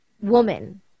woman